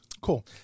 Cool